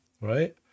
right